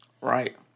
Right